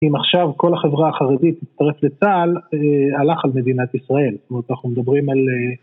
אם עכשיו כל החברה החרדית תצטרף לצה״ל הלך על מדינת ישראל. זאת אומרת אנחנו מדברים על...